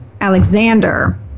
alexander